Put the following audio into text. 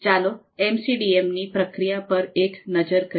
ચાલો એમસીડીએમની પ્રક્રિયા પર એક નજર કરીએ